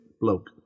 bloke